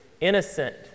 innocent